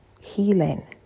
healing